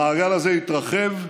המעגל הזה יתרחב ועימו,